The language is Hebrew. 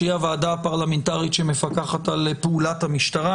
שהיא הוועדה הפרלמנטרית שמפקחת על פעולת המשטרה.